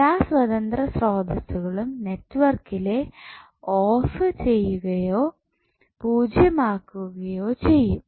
എല്ലാ സ്വതന്ത്ര സ്രോതസ്സുകളും നെറ്റ്വർക്കിലെ ഓഫ് ചെയ്യുകയോ പൂജ്യം ആകുകയോ ചെയ്യും